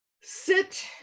sit